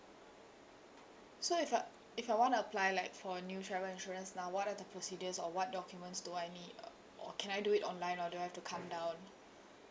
so if I if I want to apply like for a new travel insurance now what are the procedures or what documents do I need uh or can I do it online or do I have to come down